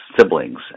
siblings